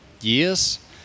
years